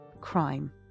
crime